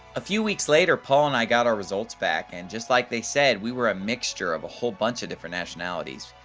a few weeks later paul and i got our results back, and just like they said, we were a mixture of a whole bunch of different nationalities.